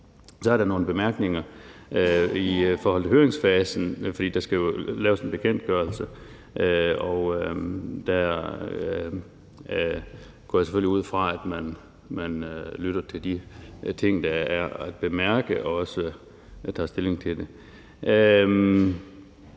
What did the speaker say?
Så er der nogle bemærkninger i forhold til høringsfasen, for der skal jo laves en bekendtgørelse. Der går jeg selvfølgelig ud fra, at man lytter til de ting, der er at bemærke, og også tager stilling til dem.